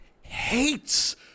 hates